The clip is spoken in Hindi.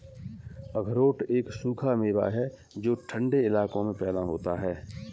अखरोट एक सूखा मेवा है जो ठन्डे इलाकों में पैदा होता है